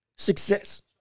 Success